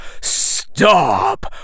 stop